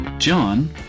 John